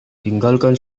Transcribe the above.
tinggalkan